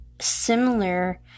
similar